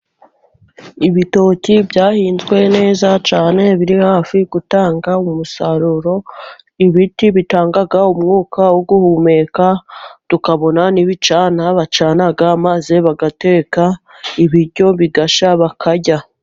Ibitoki byahinzwe neza cyane， biri hafi gutanga umusaruro， ibiti bitanga umwuka wo guhumeka，tukabona n'ibicanwa bacana， maze bagateka ibiryo bigashya， bakarya.